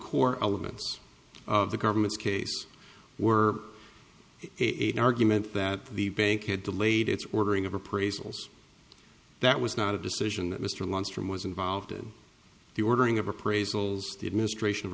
core elements of the government's case were it an argument that the bank had delayed its ordering of appraisals that was not a decision that mr lunsford was involved in the ordering of appraisals the administration of